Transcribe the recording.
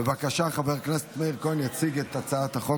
בבקשה, חבר הכנסת מאיר כהן יציג את הצעת החוק.